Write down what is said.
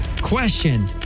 Question